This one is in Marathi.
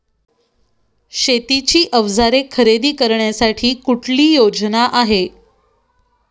शेतीची अवजारे खरेदी करण्यासाठी कुठली योजना आहे?